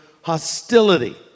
hostility